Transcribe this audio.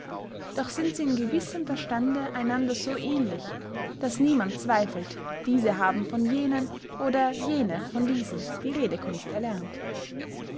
doch sind sie in gewissem verstande einander so ähnlich daß niemand zweifelt diese haben von jenen oder jene von diesen die redekunst erlernt